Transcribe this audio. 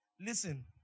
Listen